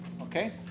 okay